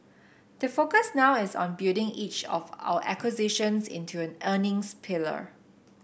the focus now is on building each of our acquisitions into an earnings pillar